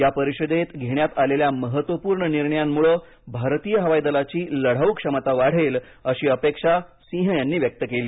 या परिषदेत घेण्यात आलेल्या महत्त्वपूर्ण निर्णयांमुळे भारतीय हवाई दलाची लढाऊ क्षमता वाढेल अशी अपेक्षा सिंह यांनी व्यक्त केली